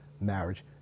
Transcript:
marriage